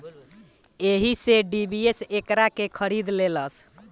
एही से डी.बी.एस एकरा के खरीद लेलस